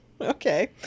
okay